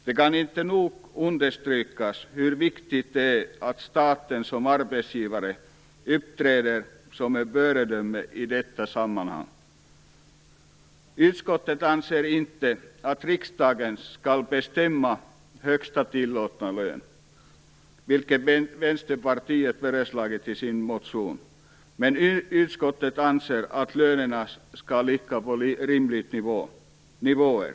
Det kan inte nog understrykas hur viktigt det är att staten som arbetsgivare uppträder som ett föredöme i detta sammanhang. Utskottet anser inte att riksdagen skall bestämma en högsta tillåtna lön, vilket Vänsterpartiet föreslagit i sin motion. Men utskottet anser att lönerna skall ligga på rimliga nivåer.